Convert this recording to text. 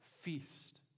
feast